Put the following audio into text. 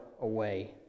away